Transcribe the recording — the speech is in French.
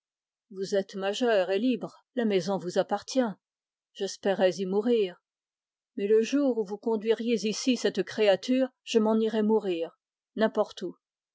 vous êtes majeur et libre la maison vous appartient j'espérais y mourir mais le jour où vous conduiriez ici cette créature je m'en irais n'importe où